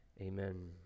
amen